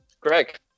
Greg